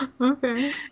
Okay